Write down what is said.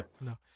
no